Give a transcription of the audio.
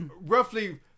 roughly